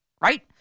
Right